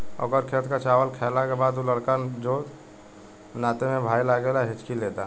ओकर खेत के चावल खैला के बाद उ लड़का जोन नाते में भाई लागेला हिच्की लेता